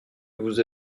vous